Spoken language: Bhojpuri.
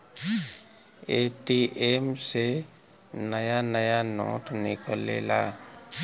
ए.टी.एम से नया नया नोट निकलेला